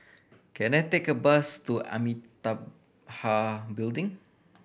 can I take a bus to Amitabha Building